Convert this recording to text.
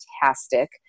fantastic